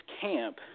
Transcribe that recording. camp